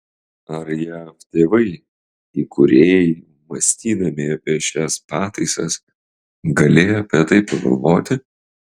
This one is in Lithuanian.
ar jav tėvai įkūrėjai mąstydami apie šias pataisas galėjo apie tai pagalvoti